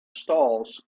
stalls